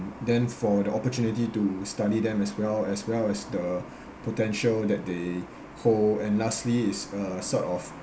then for the opportunity to study them as well as well as the potential that they hold and lastly is uh sort of